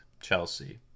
chelsea